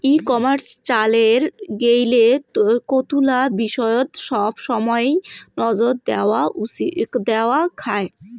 ই commerce চালের গেইলে কতুলা বিষয়ত সবসমাই নজর দ্যাওয়া খায়